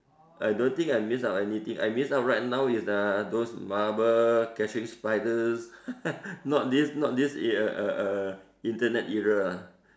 I don't think I miss out anything I miss out right now is uh those marble catching spiders not this not this err Internet era